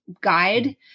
guide